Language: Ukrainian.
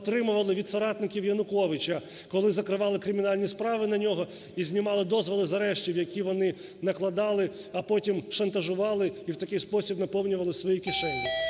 отримували від соратників Януковича, коли закривали кримінальні справи на нього і знімали дозволи з арештів, які вони накладали, а потім шантажували, і в такий спосіб наповнювали свої кишені.